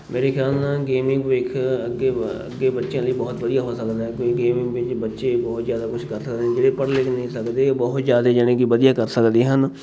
ਮੇਰੇ ਖਿਆਲ ਨਾਲ ਗੇਮਿੰਗ ਭਵਿੱਖ ਅੱਗੇ ਅੱਗੇ ਬੱਚਿਆਂ ਲਈ ਬਹੁਤ ਵਧੀਆ ਹੋ ਸਕਦਾ ਕਿਉਂਕਿ ਗੇਮਿੰਗ ਵਿੱਚ ਬੱਚੇ ਬਹੁਤ ਜ਼ਿਆਦਾ ਕੁਛ ਕਰ ਸਕਦੇ ਨੇ ਜਿਹੜੇ ਪੜ੍ਹ ਲਿਖ ਨਹੀਂ ਸਕਦੇ ਉਹ ਬਹੁਤ ਜ਼ਿਆਦਾ ਜਾਨੀ ਕਿ ਵਧੀਆ ਕਰ ਸਕਦੇ ਹਨ